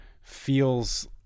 feels